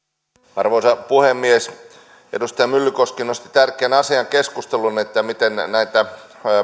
arvoisa puhemies edustaja myllykoski nosti tärkeän asian keskusteluun miten näitä